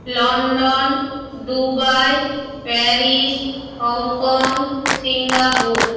London Dubai Paris Hong Kong Singapore